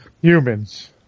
humans